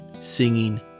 singing